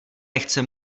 nechce